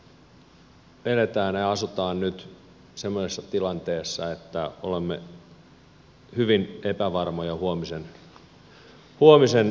me elämme ja asumme nyt semmoisessa tilanteessa että olemme hyvin epävarmoja huomisen taloustilanteesta